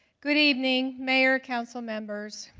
good evening, mayor, council members,